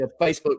Facebook